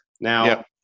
Now